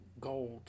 gold